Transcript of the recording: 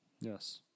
Yes